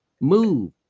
Move